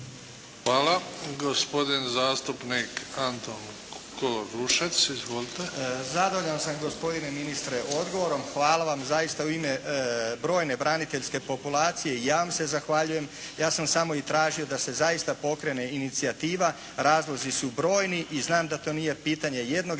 Hvala. Gospodin zastupnik Antun Korušec. Izvolite. **Korušec, Antun (HSLS)** Zadovoljan sam gospodine ministre odgovorom. Hvala vam zaista u ime brojne braniteljske populacije. Ja vam se zahvaljujem. Ja sam samo i tražio da se zaista pokrene inicijativa, razlozi su brojni i znam da to nije pitanje jednog